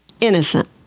innocent